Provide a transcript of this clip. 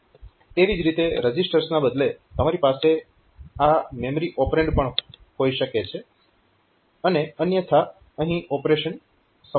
તેવી જ રીતે રજીસ્ટર્સના બદલે તમારી પાસે આ મેમરી ઓપરેન્ડ પણ હોઈ શકે છે અને અન્યથા અહીં ઓપરેશન સમાન છે